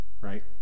Right